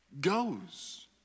goes